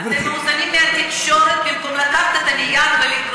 אתם מוזנים מהתקשורת במקום לקחת את הנייר ולקרוא אותו.